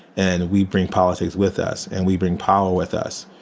and we bring politics with us and we bring power with us.